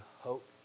hope